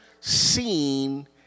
seen